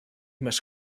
must